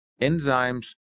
enzymes